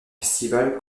festival